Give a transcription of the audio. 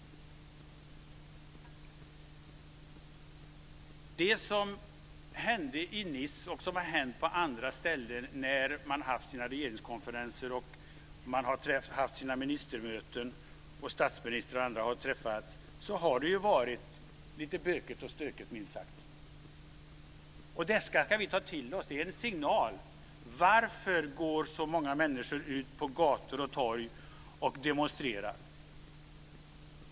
Det som hände i Nice och som har hänt på andra ställen när man har haft regeringskonferenser och ministermöten och när statsministrar och andra har träffats har varit lite bökigt och stökigt, minst sagt. Detta ska vi ta till oss. Det är en signal. Varför går så många människor ut på gator och torg och demonstrerar?